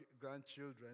grandchildren